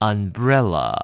Umbrella 。